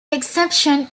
exception